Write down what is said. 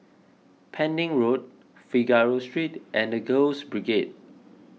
Pending Road Figaro Street and the Girls Brigade